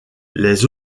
les